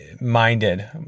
minded